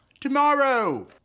tomorrow